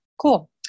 cool